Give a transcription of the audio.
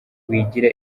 wigira